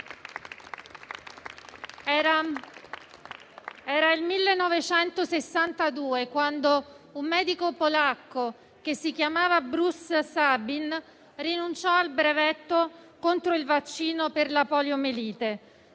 Era il 1962, quando un medico polacco, che si chiamava Bruce Sabin, rinunciò al brevetto contro il vaccino per la poliomielite,